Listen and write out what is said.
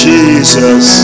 Jesus